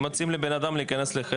אם מציעים לבנאדם להיכנס לחדר.